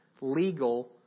legal